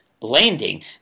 landing